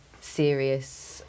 serious